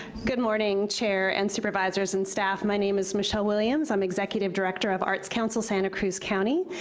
good morning chair and supervisors and staff, my name is michelle williams, i'm executive director of arts council santa cruz county.